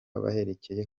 bahereye